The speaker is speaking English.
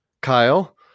Kyle